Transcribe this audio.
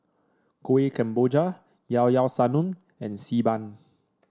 Kuih Kemboja Llao Llao Sanum and Xi Ban